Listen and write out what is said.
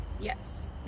Yes